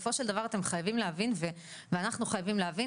בסופו של דבר אתם חייבים להבין ואנחנו חייבים להבין